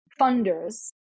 funders